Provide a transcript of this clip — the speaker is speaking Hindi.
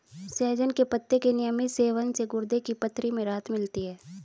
सहजन के पत्ते के नियमित सेवन से गुर्दे की पथरी में राहत मिलती है